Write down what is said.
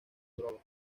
droga